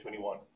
2021